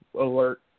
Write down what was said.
alert